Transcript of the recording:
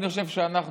אני חושב שאנחנו,